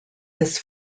his